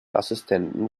assistenten